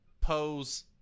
pose